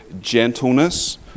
gentleness